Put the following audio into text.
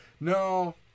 No